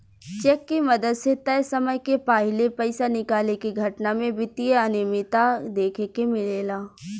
check के मदद से तय समय के पाहिले पइसा निकाले के घटना में वित्तीय अनिमियता देखे के मिलेला